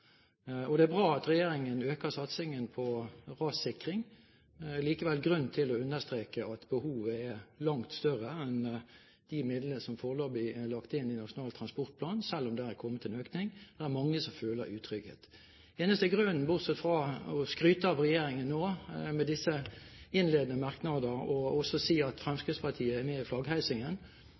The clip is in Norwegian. Og det er bra at regjeringen øker satsingen på rassikring. Det er likevel grunn til å understreke at behovet er langt større enn det de midlene som foreløpig er lagt inn i Nasjonal transportplan, tilsier. Selv om det er kommet en økning, er det mange som føler utrygghet. Det eneste i grunnen, bortsett fra å skryte av regjeringen med disse innledende merknader og å si at Fremskrittspartiet er med i